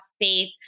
faith